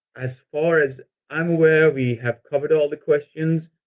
as far as i'm aware, we have covered all the questions.